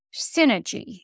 Synergy